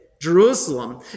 Jerusalem